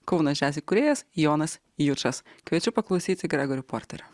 kaunas džias įkūrėjas jonas jučas kviečiu paklausyti gregori porterio